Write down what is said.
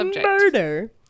Murder